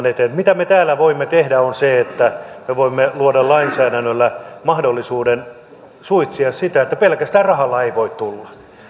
se mitä me täällä voimme tehdä on se että me voimme luoda lainsäädännöllä mahdollisuuden suitsia sitä niin että pelkästään rahalla ei voi tänne tulla